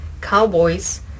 cowboys